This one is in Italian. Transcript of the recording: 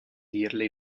dirle